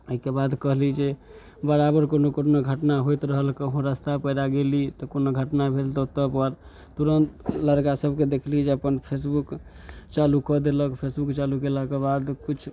एहिके बाद कहली जे बराबर कोनो कोनो घटना होइत रहल कहूँ रस्ता पेड़ा गेली तऽ कोनो घटना भेल तऽ ओतऽपर तुरन्त लड़कासभके देखली जे अपन फेसबुक चालू कऽ देलक फेसबुक चालू कएलाके बाद किछु